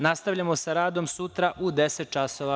Nastavljamo sa radom sutra u 10.00 časova.